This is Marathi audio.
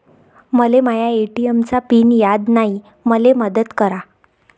मले माया ए.टी.एम चा पिन याद नायी, मले मदत करा